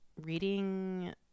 reading